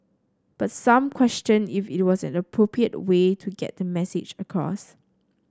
but some questioned if it was an appropriate way to get the message across